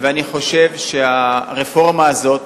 ואני חושב שהרפורמה הזאת